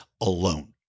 alone